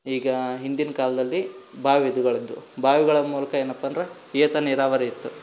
ಈಗ ಹಿಂದಿನ ಕಾಲದಲ್ಲಿ ಬಾವಿಗಳಿದ್ವು ಬಾವಿಗಳ ಮೂಲಕ ಏನಪ್ಪ ಅಂದ್ರೆ ಏತ ನೀರಾವರಿ ಇತ್ತು